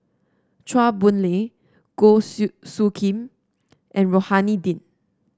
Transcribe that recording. Chua Boon Lay Goh Soo Khim and Rohani Din